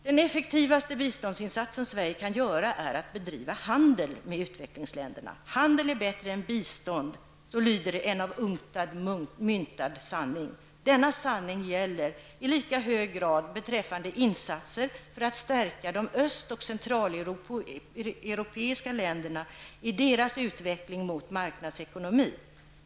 Den effektivaste biståndsinsats som Sverige kan göra är att bedriva handel med utvecklingsländerna. ''Handel är bättre än bistånd'', lyder en av UNCTAD myntad sanning. Denna sanning gäller i lika hög grad beträffande insatser för att stärka de öst och centraleuropeiska länderna i deras utveckling mot marknadsekonomi.